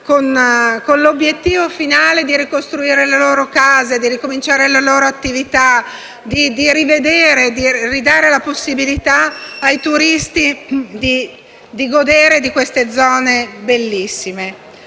con l'obiettivo finale di ricostruire le loro case, di ricominciare le loro attività, di ridare la possibilità ai turisti di godere di queste zone bellissime.